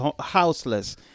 houseless